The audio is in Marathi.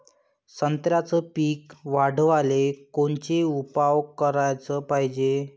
संत्र्याचं पीक वाढवाले कोनचे उपाव कराच पायजे?